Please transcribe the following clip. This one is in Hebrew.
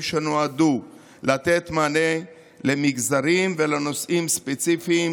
שנועדו לתת מענה למגזרים ולנושאים ספציפיים